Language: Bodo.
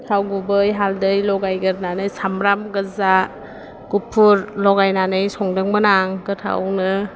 थाव गुबै हालदै लगायगोरनानै सामब्राम गोजा गुफुर लगायनानै संदोंमोन आं गोथावनो